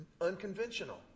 unconventional